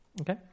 Okay